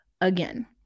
again